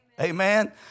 Amen